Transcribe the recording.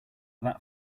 that